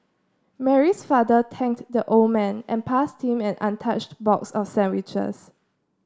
Mary's father thanked the old man and passed him an untouched box of sandwiches